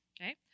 okay